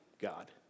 God